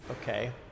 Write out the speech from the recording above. Okay